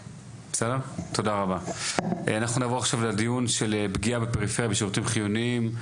אנחנו נעבור עכשיו לדיון של פגיעה בפריפריה בשירותים חיוניים.